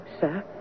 sir